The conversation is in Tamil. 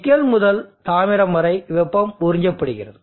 நிக்கல் முதல் தாமிரம் வரை வெப்பம் உறிஞ்சப்படுகிறது